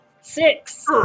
six